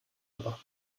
aber